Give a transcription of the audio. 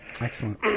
Excellent